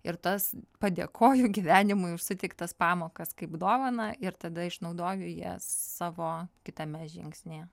ir tas padėkoju gyvenimui už suteiktas pamokas kaip dovaną ir tada išnaudoju jas savo kitame žingsnyje